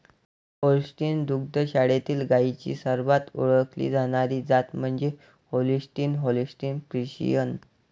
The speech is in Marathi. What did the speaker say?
होल्स्टीन दुग्ध शाळेतील गायींची सर्वात ओळखली जाणारी जात म्हणजे होल्स्टीन होल्स्टीन फ्रिशियन